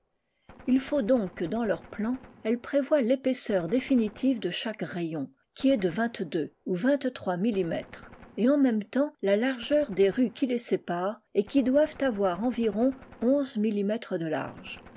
il faut donc que dans leur plan elles prévoient répaisseur définitive de chaque rayon qui est de vingt-deux ou vingt trois millimètres et en même temps la largeur des rues qui les séparent et qui doivent avoir environ onze millimètres de large